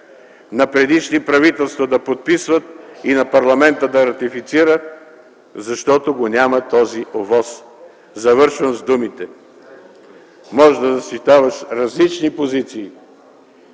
на предишни правителства да подписват и на парламента да ратифицира, защото го няма този ОВОС. Завършвам с думите: можеш да защитаваш различни позиции